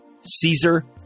Caesar